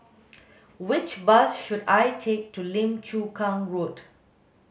which bus should I take to Lim Chu Kang Road